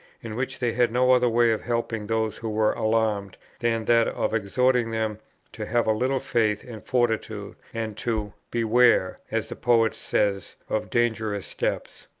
in which they had no other way of helping those who were alarmed, than that of exhorting them to have a little faith and fortitude, and to beware, as the poet says, of dangerous steps.